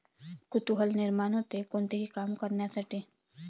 कुतूहल निर्माण होते, कोणतेही काम करण्यासाठी